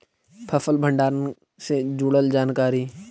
फसल भंडारन से जुड़ल जानकारी?